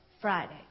Friday